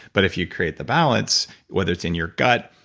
but if you create the balance, whether it's in your gut,